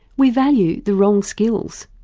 we value the wrong skills.